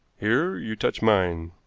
here you touch mine.